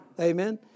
Amen